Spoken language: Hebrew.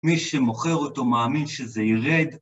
‫מי שמוכר אותו מאמין שזה ירד.